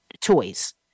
toys